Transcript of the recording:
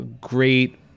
great